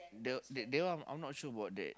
the they one I'm not sure about that